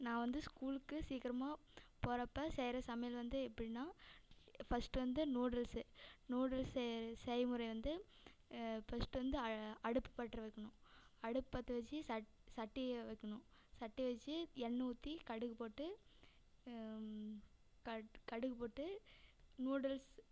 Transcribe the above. நான் வந்து ஸ்கூலுக்கு சீக்கிரமாக போகிறப்ப செய்கிற சமையல் வந்து எப்படின்னா ஃபஸ்ட் வந்து நூடுல்ஸ்ஸு நூடுல் செய் செய்முறை வந்து ஃபஸ்ட் வந்து அடுப்பு பற்ற வைக்கணும் அடுப்பு பற்ற வச்சு சட் சட்டியை வைக்கணும் சட்டியை வச்சு எண்ணெய் ஊற்றி கடுகு போட்டு கட் கடுகு போட்டு நூடுல்ஸ்